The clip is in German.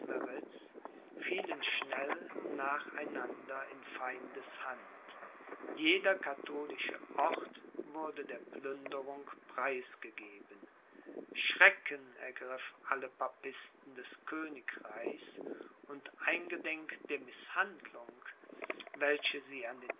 fielen schnell nach einander in feindes hand jeder katholische ort wurde der plünderung preisgegeben schrecken ergriff alle papisten des königreichs und eingedenk der mißhandlung welche sie an den